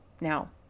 Now